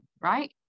right